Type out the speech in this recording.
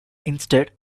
instead